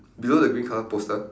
below the green colour poster